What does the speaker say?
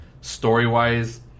story-wise